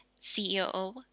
CEO